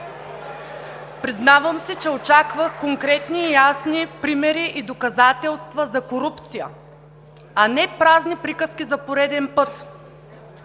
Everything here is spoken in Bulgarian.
Признавах си, че очаквах конкретни и ясни примери и доказателства за корупция, а не празни приказки за пореден път.